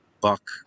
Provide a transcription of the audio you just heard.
buck